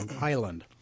island